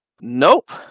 nope